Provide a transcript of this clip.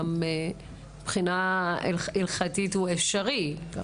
גם מבחינה הלכתית הוא אפשרי.